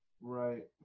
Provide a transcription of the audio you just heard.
Right